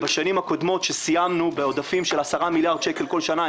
בשנים הקודמות שסיימנו בעודפים של 10 מיליארד שקל כל שנה,